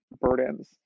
burdens